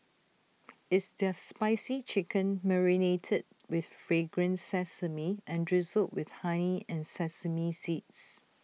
it's their spicy chicken marinated with fragrant sesame and drizzled with honey and sesame seeds